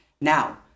now